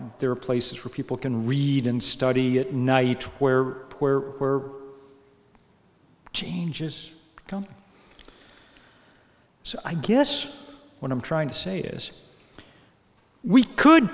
there are places where people can read and study at night where where we're change is coming so i guess what i'm trying to say is we could